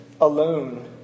alone